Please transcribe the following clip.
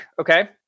Okay